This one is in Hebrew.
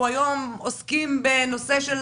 היום אנחנו עוסקים בנושא של